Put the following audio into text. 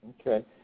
Okay